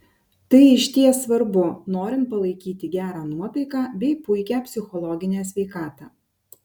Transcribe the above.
tai išties svarbu norint palaikyti gerą nuotaiką bei puikią psichologinę sveikatą